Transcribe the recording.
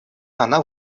она